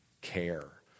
care